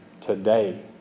today